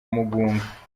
mugunga